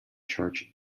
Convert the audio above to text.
church